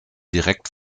direkt